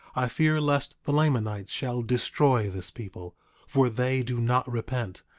i fear lest the lamanites shall destroy this people for they do not repent,